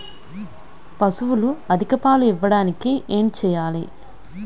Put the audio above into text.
పశువులు అధిక పాలు ఇవ్వడానికి ఏంటి చేయాలి